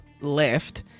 left